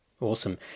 Awesome